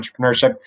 entrepreneurship